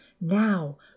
now